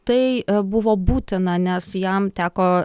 tai buvo būtina nes jam teko